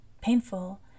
painful